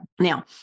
Now